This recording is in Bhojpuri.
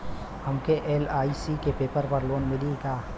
हमके एल.आई.सी के पेपर पर लोन मिली का?